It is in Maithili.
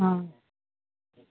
हँ